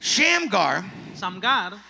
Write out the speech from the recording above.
Shamgar